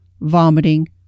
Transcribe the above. vomiting